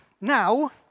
now